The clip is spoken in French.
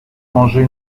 mangeait